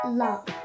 love